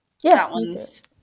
Yes